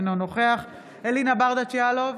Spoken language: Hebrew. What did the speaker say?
אינו נוכח אלינה ברדץ' יאלוב,